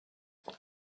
peter